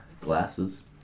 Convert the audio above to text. glasses